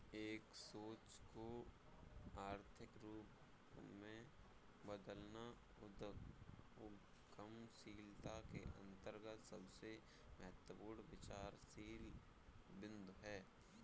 एक सोच को आर्थिक रूप में बदलना उद्यमशीलता के अंतर्गत सबसे महत्वपूर्ण विचारशील बिन्दु हैं